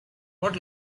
what